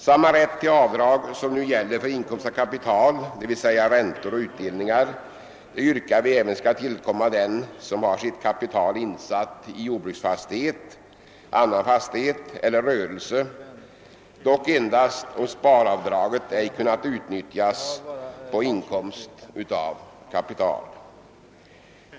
Samma rätt till avdrag som nu gäller för inkomst av kapital, d.v.s. räntor och utdelningar, yrkar vi även skall tillkomma den som har sitt kapital insatt i jordbruksfastighet, annan fastighet eller rörelse, dock endast då sparavdraget ej kunnat utnyttjas på inkomst av kapital.